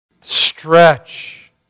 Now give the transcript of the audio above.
Stretch